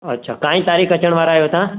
अछा काईं तारीख़ अचणु वारा आहियो तव्हां